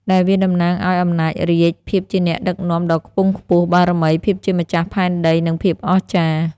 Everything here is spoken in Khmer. ដែលវាតំណាងឲ្យ អំណាចរាជ្យ ភាពជាអ្នកដឹកនាំដ៏ខ្ពង់ខ្ពស់ បារមី ភាពជាម្ចាស់ផែនដី និងភាពអស្ចារ្យ។